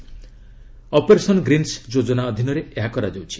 'operation greens' ଯୋଜନା ଅଧୀନରେ ଏହା କରାଯାଉଛି